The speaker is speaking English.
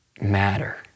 matter